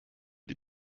die